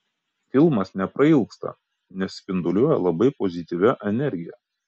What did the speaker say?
filmas neprailgsta nes spinduliuoja labai pozityvia energija